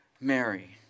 Mary